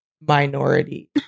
minority